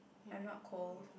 I'm not cold